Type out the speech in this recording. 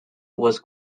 was